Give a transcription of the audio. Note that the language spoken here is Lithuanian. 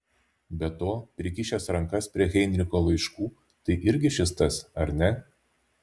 be to prikišęs rankas prie heinricho laiškų tai irgi šis tas ar ne